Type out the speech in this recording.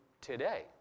today